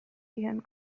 ihren